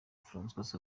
francois